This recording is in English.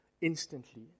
instantly